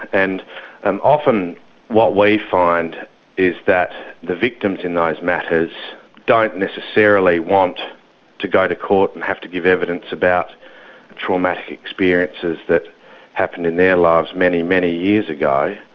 and and often what we find is that the victims in those matters don't necessarily want to go to court and have to give evidence about traumatic experiences that happened in their lives many, many years ago,